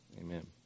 Amen